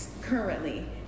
currently